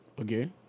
Okay